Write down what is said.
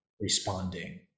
responding